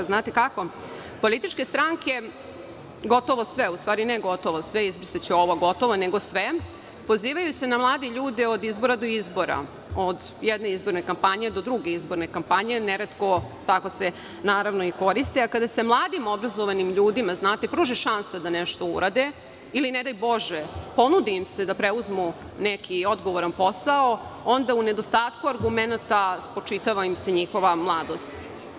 Znate kako, političke stranke, gotovo sve, ne gotovo sve, izbrisaću ovo gotovo, nego sve, pozivaju se na mlade ljude od izbora do izbora, od jedne izborne kampanje, do druge izborne kampanje, neretko kako se naravno i koriste, a kada sa mladim obrazovanim ljudima, pruži šansa da nešto urade, ili ne daj Bože, ponudi im se da preuzmu neki odgovoran posao, onda u nedostatku argumenata spočitava im se njihova mladost.